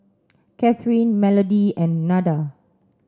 Cathryn Melodee and Nada